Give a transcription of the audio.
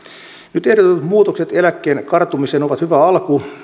nyt ehdotetut muutokset eläkkeen karttumiseen ovat hyvä alku